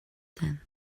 then